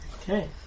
Okay